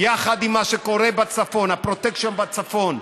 יחד עם מה שקורה שבצפון, הפרוטקשן בצפון,